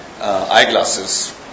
eyeglasses